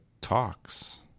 talks